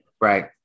Right